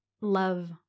love